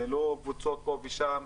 זה לא קבוצות פה ושם,